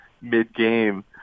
mid-game